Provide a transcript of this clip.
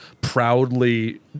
proudly